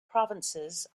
provinces